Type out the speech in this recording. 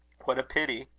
what a pity!